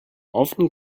often